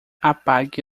apague